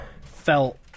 felt